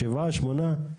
שבעה, שמונה?